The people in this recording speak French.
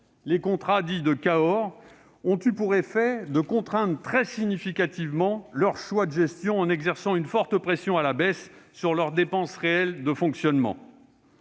les contrats dits de Cahors ont eu pour effet de contraindre très significativement leurs choix de gestion, en exerçant une forte pression à la baisse sur leurs dépenses réelles de fonctionnement.